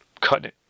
cutting